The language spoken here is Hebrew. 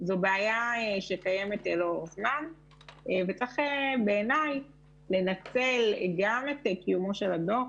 זו בעיה שקיימת לאורך זמן וצריך בעיניי לנצל גם את קיומו של הדוח,